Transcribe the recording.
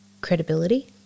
credibility